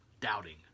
doubting